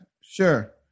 sure